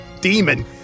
demon